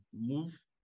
move